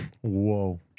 whoa